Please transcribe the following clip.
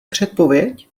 předpověď